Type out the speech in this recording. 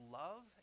love